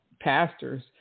Pastors